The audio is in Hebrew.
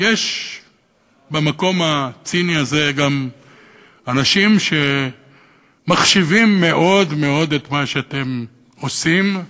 יש במקום הציני הזה גם אנשים שמחשיבים מאוד מאוד את מה שאתם עושים,